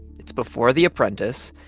it's before the apprentice,